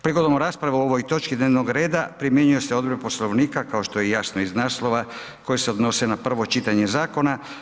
Prigodom rasprave o ovoj točki dnevnog reda primjenjuju se odredbe Poslovnika kao što je i jasno iz naslova koje se odnose na prvo čitanje zakona.